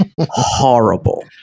horrible